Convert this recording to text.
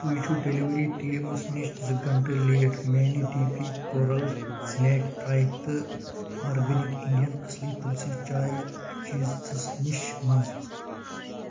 تُہۍ چھِو delivery times نِش زٕ گھنٛٹہٕ لیٹ میانہِ D P coral snack tray تہٕ آرگینِک اِنٛڈیا اصلی تُلسی چاے چیٖزس نِس منٛز